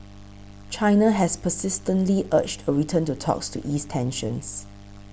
China has persistently urged a return to talks to ease tensions